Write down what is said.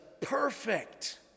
perfect